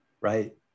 right